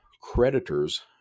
creditors